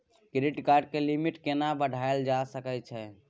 Credit card के limit केना बढायल जा सकै छै?